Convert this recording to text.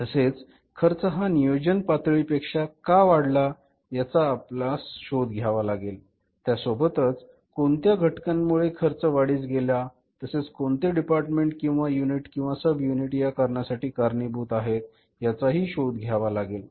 तसेच खर्च हा नियोजित पातळी पेक्षा का वाढला याचा आपणास शोध घ्यावा लागेल त्या सोबतच कोणत्या घटकांमुळे खर्च वाढीस गेला तसेच कोणते डिपार्टमेंट किंवा युनिट किंवा सब युनिट या साठी कारणीभूत आहे याचा हि शोध घ्यावा लागेल